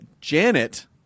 Janet